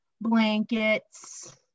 blankets